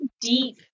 deep